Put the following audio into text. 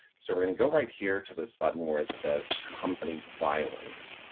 so we're going to go right here to this button where it says company filings.